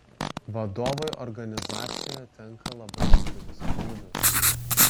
vadovui organizacijoje tenka labai didelis krūvis